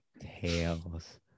tails